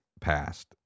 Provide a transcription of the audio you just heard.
passed